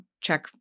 check